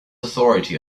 authority